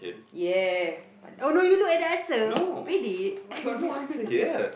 ya but oh no you look at the answer bedek